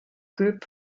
group